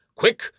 Quick